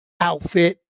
outfit